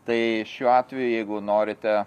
tai šiuo atveju jeigu norite